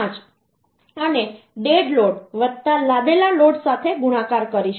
5 અને dead load લાદેલા load સાથે ગુણાકાર કરીશું